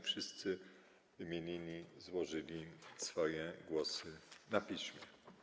Wszyscy wymienieni złożyli swoje głosy na piśmie.